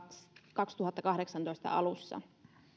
kaksituhattakahdeksantoista alussa